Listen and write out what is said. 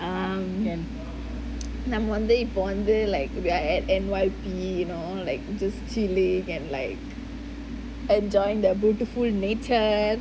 um நம்ம வந்து இப்போ வந்து:namma vanthu ippo vanthu like we are at at N_Y_P you know like just chilling and like enjoying the beautiful nature